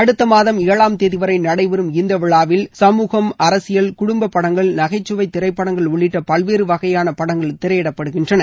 அடுத்த மாதம் ஏழாம் தேதி வரை நடைபெறும் இந்த விழாவில் சமூகம் அரசியல் குடும்பப்படங்கள் நகைச்சுவை திரைப்படங்கள் உள்ளிட்ட பல்வேறு வகையான படங்கள் திரையிடப்படுகின்றன